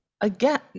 again